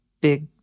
big